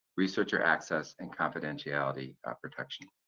researcher access, and confidentiality ah protection.